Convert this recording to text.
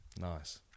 Nice